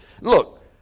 Look